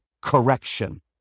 correction